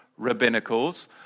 rabbinicals